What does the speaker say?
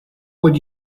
would